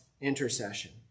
intercession